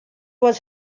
was